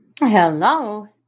Hello